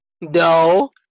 No